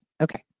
Okay